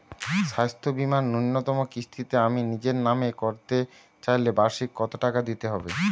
স্বাস্থ্য বীমার ন্যুনতম কিস্তিতে আমি নিজের নামে করতে চাইলে বার্ষিক কত টাকা দিতে হবে?